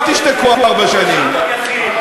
תהיו שלטון יחיד.